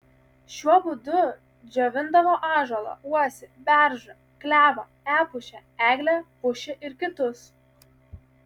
šiuo būdu džiovindavo ąžuolą uosį beržą klevą epušę eglę pušį ir kitus